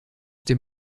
dem